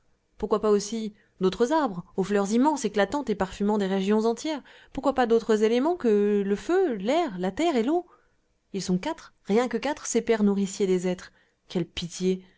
pourquoi pas aussi d'autres arbres aux fleurs immenses éclatantes et parfumant des régions entières pourquoi pas d'autres éléments que le feu l'air la terre et l'eau ils sont quatre rien que quatre ces pères nourriciers des êtres quelle pitié